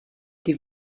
die